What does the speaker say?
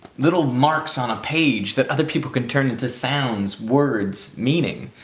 little marks on a page that other people can turn into sounds, words, meaning.